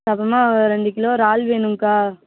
அப்புறமா ரெண்டு கிலோ றால் வேணுங்கக்கா